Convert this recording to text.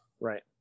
Right